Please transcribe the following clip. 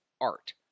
art